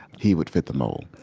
he would fit the mold.